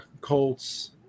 Colts